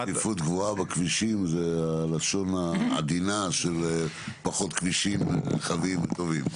צפיפות גבוהה בכבישים זה הלשון העדינה של פחות כבישים עם רכבים טובים.